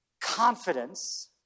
confidence